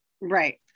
Right